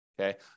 Okay